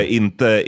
inte